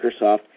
Microsoft